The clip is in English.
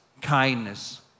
kindness